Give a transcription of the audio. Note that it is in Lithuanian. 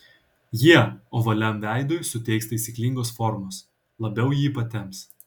jie ovaliam veidui suteiks taisyklingos formos labiau jį patemps